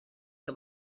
que